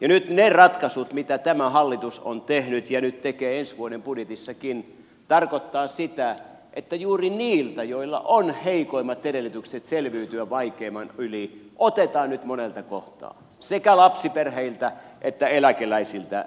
ja nyt ne ratkaisut mitä tämä hallitus on tehnyt ja nyt tekee ensi vuoden budjetissakin tarkoittavat sitä että juuri niiltä joilla on heikoimmat edellytykset selviytyä vaikeimman yli otetaan nyt monelta kohtaa sekä lapsiperheiltä että eläkeläisiltä